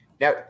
Now